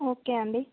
okay అండి